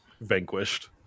Vanquished